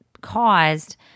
caused